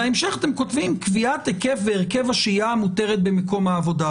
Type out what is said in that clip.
בהמשך אתם כותבים: "קביעת היקף בהרכב השהייה המותרת במקום העבודה".